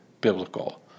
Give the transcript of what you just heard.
biblical